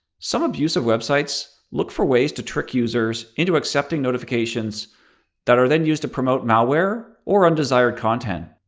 some abusive web sites look for ways to trick users into accepting notifications that are then used to promote malware or undesired content.